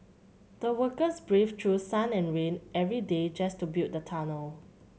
the workers braved through sun and rain every day just to build the tunnel